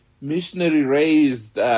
missionary-raised